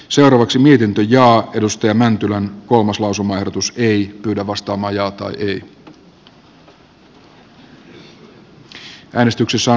lausumaehdotusta vastaan ja sitten voittaneesta mietintöä vastaan